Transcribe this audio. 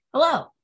Hello